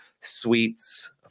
sweets